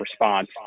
response